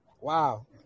Wow